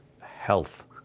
Health